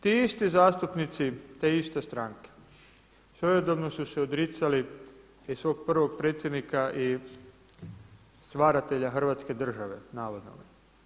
Dakle, ti isti zastupnici te iste stranke svojedobno su se odricali i svog prvog predsjednika i stvaratelja Hrvatske države navodno.